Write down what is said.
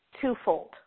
twofold